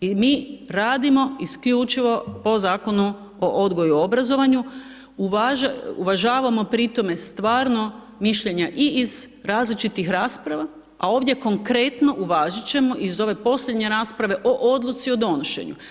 I mi radimo isključivo o Zakonu odgoju i obrazovanju, uvažavamo pri tome, stvarno mišljenja i iz različitih rasprava, a ovdje konkretno u važećem iz ove posljednje rasprave o odluci o donošenju.